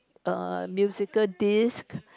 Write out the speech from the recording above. err musical disk